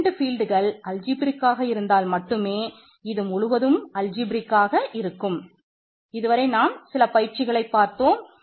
இதுவரை நாம் சில பயிற்சிகளை பார்த்தோம்